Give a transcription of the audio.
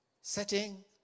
Setting